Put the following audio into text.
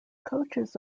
coaches